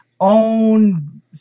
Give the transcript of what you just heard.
own